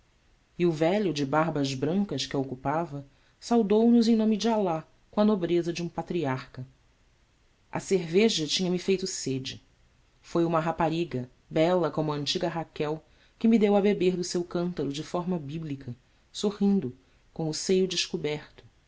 e o velho de barbas brancas que a ocupava saudou nos em nome de alá com a nobreza de um patriarca a cerveja tinha-me feito sede foi uma rapariga bela como a antiga raquel que me deu a beber do seu cântaro de forma bíblica sorrindo com o seio descoberto